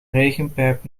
regenpijp